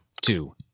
Two